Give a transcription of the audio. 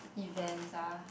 events ah